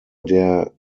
der